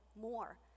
more